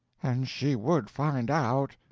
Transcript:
and she would find out.